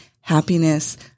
happiness